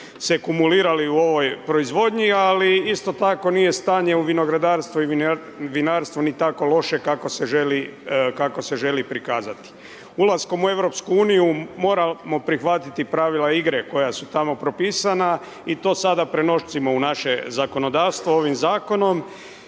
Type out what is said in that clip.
Ulaskom u EU moramo prihvatiti pravila igre koja su tako propisana i to sada prenosimo u naše zakonodavstvo ovim zakonom.